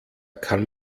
kann